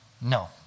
No